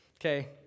Okay